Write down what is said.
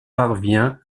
parvient